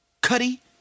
Cuddy